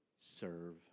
serve